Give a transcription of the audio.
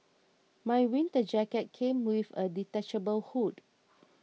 my winter jacket came with a detachable hood